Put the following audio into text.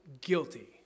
guilty